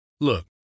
Look